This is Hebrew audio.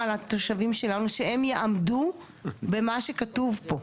לתושבים שלנו שהם יעמדו במה שכתוב פה,